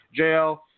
JL